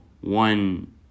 one